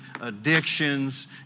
addictions